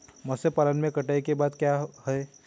मत्स्य पालन में कटाई के बाद क्या है?